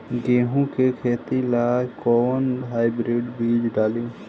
गेहूं के खेती ला कोवन हाइब्रिड बीज डाली?